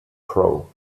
pro